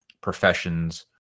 professions